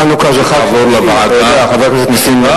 חנוכה זה חג של נסים.